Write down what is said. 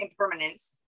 impermanence